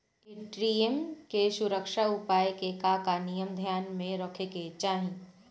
ATM के सुरक्षा उपाय के का का नियम ध्यान में रखे के चाहीं?